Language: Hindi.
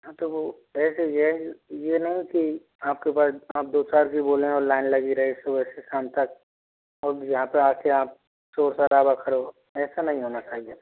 तो वो ऐसा ही है ये ना कि आप के पास आप दो चार जो बोले और लाइन लगी रहे सुबह से शाम तक और यहाँ पे आके आप शोर शराबा करो ऐसा नहीं होना चाहिए